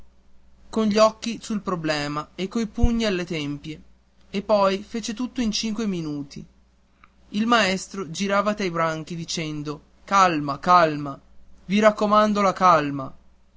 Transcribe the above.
con gli occhi sul problema e coi pugni alle tempie e poi fece tutto in cinque minuti il maestro girava tra i banchi dicendo alma alma i raccomando la calma